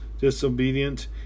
disobedient